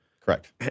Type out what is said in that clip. correct